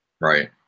Right